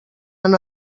han